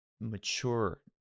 mature